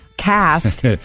Cast